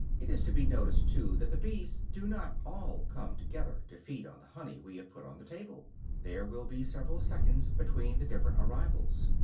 it is to be noticed, too, that the bees do not all come together to feed on the honey we have put on the table there will be several seconds between the different arrivals.